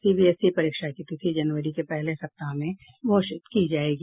CBSE परीक्षा की तिथि जनवरी के पहले सप्ताह में घोषित की जायेगी